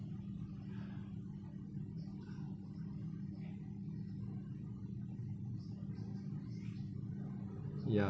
ya